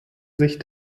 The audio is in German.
sich